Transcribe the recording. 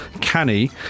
canny